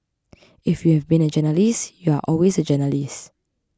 if you've been a journalist you're always a journalist